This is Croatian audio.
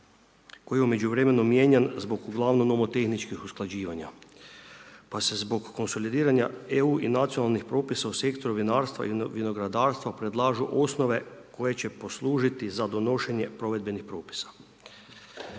koji je u međuvremenu mijenjan zbog uglavnom nomotehničkih usklađivanja pa se zbog konsolidiranja EU i nacionalnih propisa u sektoru vinarstva i vinogradarstva predlažu osnove koje će poslužiti za donošenje provedbenih propisa.